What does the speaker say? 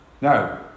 Now